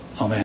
Amen